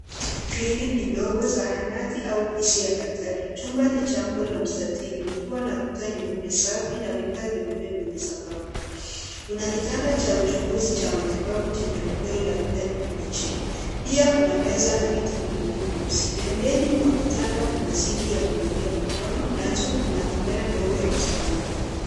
Kliniki ndogo, zahanati au ofisi ya daktari. Chumba ni cha umbo la mstatili likiwa na kuta nyeupe safi na vigae vyeupe kwenye sakafu. Kuna kitanda cha uchunguzi cha matibabu chenye godoro la kijani kibichi. Pia kuna meza na viti viwili vyeusi. Pembeni mwa kitanda kuna sinki ya kunawia mikono na juu kuna kamera ndogo ya usalama.